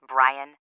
Brian